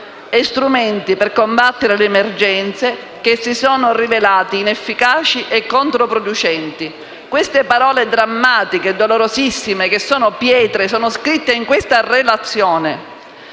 di strumenti per combattere le emergenze che si sono rivelati inefficaci e controproducenti: sono parole drammatiche e dolorosissime; sono pietre e sono scritte nella relazione.